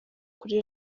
kuri